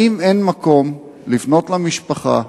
האם אין מקום לפנות אל משפחה,